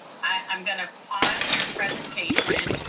i'm gonna pause you're presentation,